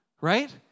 right